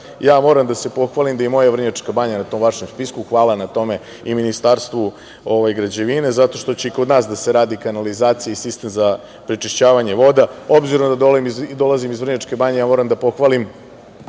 moram da se pohvalim da je i moja Vrnjačka Banja na tom vašem spisku. Hvala na tome i Ministarstvu građevine, zato što će i kod nas da se radi kanalizacija i sistem za prečišćavanje voda. Obzirom da dolazim iz Vrnjačke Banje ja moram da pohvalim